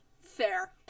Fair